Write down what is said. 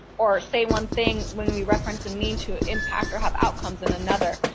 or say one thing when we reference and mean to impact or have outcomes in another.